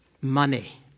Money